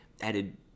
added